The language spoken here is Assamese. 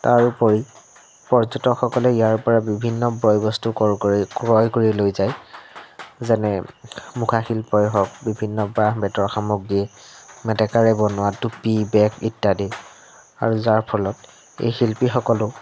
তাৰোপৰি পৰ্যটকসকলে ইয়াৰপৰা বিভিন্ন বয় বস্তু ক্ৰয় কৰি ক্ৰয় কৰি লৈ যায় যেনে মুখা শিল্পই হওক বিভিন্ন বাঁহ বেতৰ সামগ্ৰী মেটেকাৰেৰে বনোৱা টুপি বেগ ইত্যাদি আৰু যাৰফলত এই শিল্পীসকলেও